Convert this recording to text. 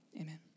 Amen